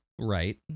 Right